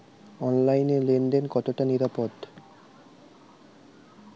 অনলাইনে লেন দেন কতটা নিরাপদ?